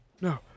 no